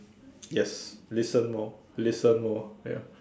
yes listen more listen more ya